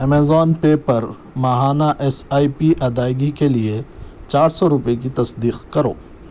Amazon pay پر ماہانہ S I P ادائیگی کے لیے چار سو روپئے کی تصدیق کرو